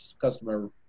customer